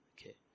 Okay